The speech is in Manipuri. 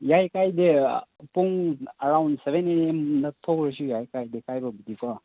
ꯌꯥꯏ ꯀꯥꯏꯗꯦ ꯄꯨꯡ ꯑꯔꯥꯎꯟ ꯁꯕꯦꯟ ꯑꯦ ꯑꯦꯝꯗ ꯊꯣꯛꯂꯁꯨ ꯌꯥꯏ ꯀꯥꯏꯗꯦ ꯀꯥꯏꯕꯕꯨꯗꯤ ꯀꯣ